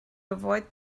avoid